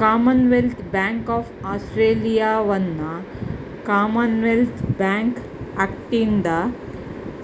Commonwealth bank of ಆಸ್ಟ್ರೇಲಿಯಾವನ್ನ Commonwealth bank ಆಕ್ಟ್ನಿಂದ